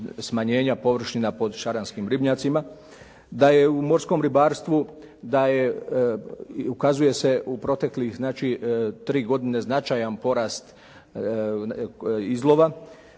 smanjenja površina pod šaranskim ribnjacima, da je u morskom ribarstvu, ukazuje se u proteklih, znači tri godine značajan porast izlova,